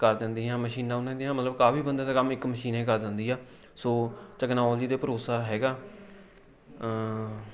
ਕਰ ਦਿੰਦੀਆਂ ਮਸ਼ੀਨਾਂ ਉਹਨਾਂ ਦੀਆਂ ਮਤਲਬ ਕਾਫੀ ਬੰਦੇ ਦਾ ਕੰਮ ਇੱਕ ਮਸ਼ੀਨ ਏ ਕਰ ਦਿੰਦੀ ਆ ਸੋ ਟੈਕਨੋਲਜੀ 'ਤੇ ਭਰੋਸਾ ਹੈਗਾ